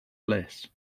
bliss